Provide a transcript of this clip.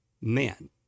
men